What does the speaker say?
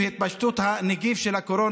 התפשטות הנגיף של הקורונה,